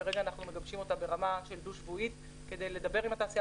ואנחנו כרגע מגבשים אותה ברמה דו-שבועית כדי לדבר עם התעשייה,